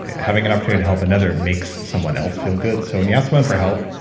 having an opportunity to help another makes someone else feel good. so when you ask someone for help,